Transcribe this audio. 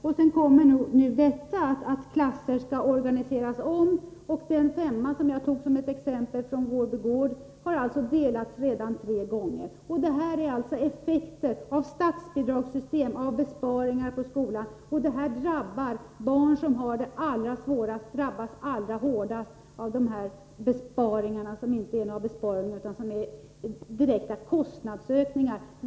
Och nu skall klasser organiseras om. Den femteklass i Vårby Gård som jag tog som exempel har redan delats tre gånger. Det här är effekter av statsbidragssystemet och av besparingar i skolan. De barn som har det allra svårast drabbas allra hårdast av de här besparingarna, som inte är några besparingar utan direkta kostnadsökningar.